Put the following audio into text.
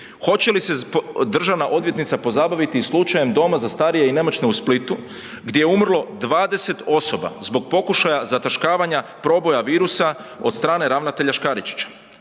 Hoće li se državna odvjetnica pozabaviti i slučajem Doma za starije i nemoćne u Splitu gdje je umrlo 20 osoba zbog pokušaja zataškavanja proboja virusa od strane ravnatelja Škaričića?